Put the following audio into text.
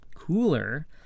Cooler